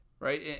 right